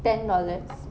ten dollars